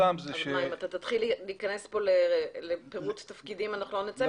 אבל אם אתה תתחיל להיכנס פה לפירוט תפקידים אנחנו לא נצא מפה.